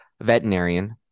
veterinarian